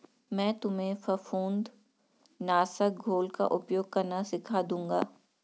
मैं तुम्हें फफूंद नाशक घोल का उपयोग करना सिखा दूंगा